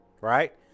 right